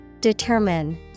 Determine